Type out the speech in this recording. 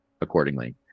accordingly